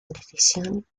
decisión